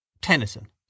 Tennyson